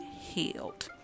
healed